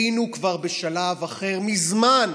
היינו כבר בשלב אחר מזמן.